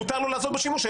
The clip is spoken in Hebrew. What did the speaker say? מותר לו לעשות בו שימוש,